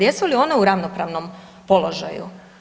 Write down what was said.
Jesu li one u ravnopravnom položaju.